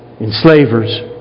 enslavers